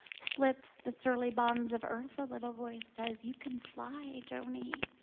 slip the surly bonds of earth. a little voice says, you can fly, joani,